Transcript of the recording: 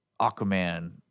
Aquaman